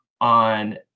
on